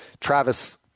Travis